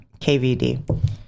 KVD